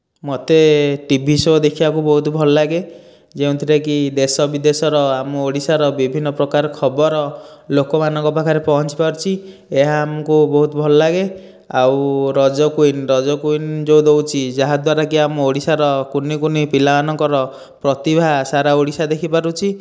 ମୋତେ TV show ଦେଖିବାକୁ ବହୁତ ଭଲ ଲାଗେ ଯେଉଁଥିରେ କି ଦେଶ ବିଦେଶର ଆମ ଓଡ଼ିଶାର ବିଭିନ୍ନ ପ୍ରକାର ଖବର ଲୋକମାନଙ୍କ ପାଖରେ ପହଞ୍ଚି ପାରୁଛି ଏହା ଆମକୁ ବହୁତ ଭଲ ଲାଗେ ଆଉ ରଜ କୁଇନ ରଜ କୁଇନ ଯେଉଁ ଦେଉଛି ଯାହା ଦ୍ୱାରା କି ଆମ ଓଡ଼ିଶାର କୁନି କୁନି ପିଲା ମାନଙ୍କର ପ୍ରତିଭା ସାରା ଓଡ଼ିଶା ଦେଖି ପାରୁଛି